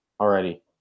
already